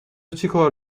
چیکار